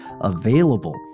available